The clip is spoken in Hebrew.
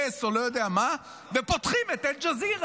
או לא יודע מה ופותחים את אל-ג'זירה.